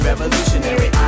Revolutionary